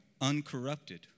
Uncorrupted